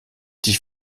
dich